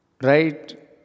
Right